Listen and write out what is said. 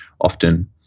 often